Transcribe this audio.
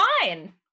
fine